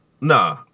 Nah